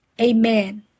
Amen